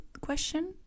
question